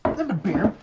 lumber baron,